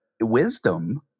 wisdom